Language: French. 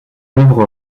œuvre